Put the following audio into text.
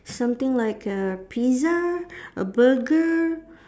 something like a pizza a burger